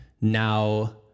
now